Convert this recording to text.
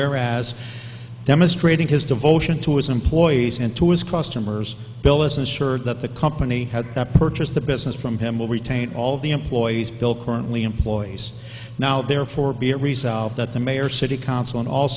whereas demonstrating his devotion to his employees and to his customers bill isn't sure that the company has purchased the business from him will retain all the employees bill currently employs now therefore be it resolved that the mayor city council and all